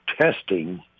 testing